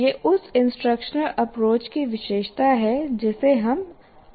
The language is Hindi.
यह उस इंस्ट्रक्शनल अप्रोच की विशेषता है जिसे हम अपना रहे हैं